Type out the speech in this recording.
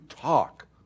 talk